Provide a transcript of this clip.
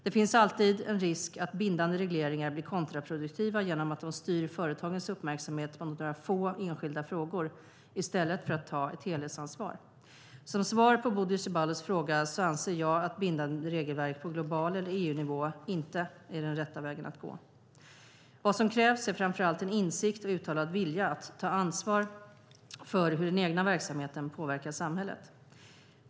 Det finns alltid en risk att bindande regleringar blir kontraproduktiva genom att de styr företagens uppmärksamhet mot några få enskilda frågor i stället för att ta ett helhetsansvar. Som svar på Bodil Ceballos fråga anser jag att bindande regelverk på global nivå eller EU-nivå inte är den rätta vägen att gå. Vad som krävs är framför allt en insikt och uttalad vilja att ta ansvar för hur den egna verksamheten påverkar samhället.